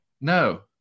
No